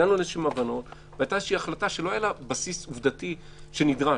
הגענו להבנות והייתה החלטה שלא היה לה בסיס עובדתי שנדרש.